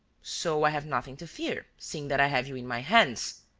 so i have nothing to fear, seeing that i have you in my hands.